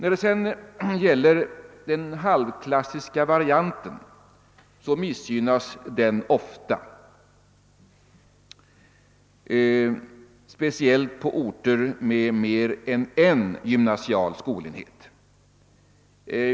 Beträffande den halvklassiska varianten kan man konstatera att den ofta missgynnas, speciellt på orter med mer än en gymnasial skolenhet.